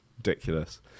Ridiculous